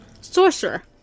Sorcerer